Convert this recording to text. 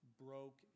broke